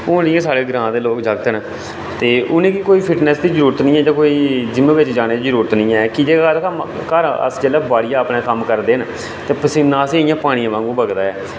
हून इ'यां साढ़े ग्रां दे लोग जागत न ते उ'नेंगी कोई फिटनेस दी कोई जरूरत नी ऐ जां कोई जिम बिच जाने दी जरूरत नी ऐ कि जे हर कम्म घर अ जिल्लै बाड़िया अपने कम्म करदे न ते पसीना असेंगी इ'यां पानिया वांगू बगदा ऐ